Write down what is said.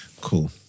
Cool